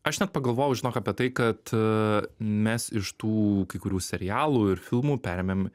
aš net pagalvojau žinok apie tai kad mes iš tų kai kurių serialų ir filmų perėmėm